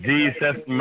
Jesus